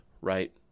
right